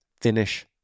Finish